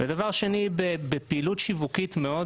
הדבר השני הוא בפעילות שיווקית מאוד